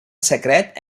secret